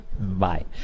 Bye